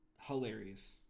hilarious